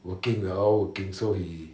working we are all working so he